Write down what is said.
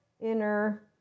inner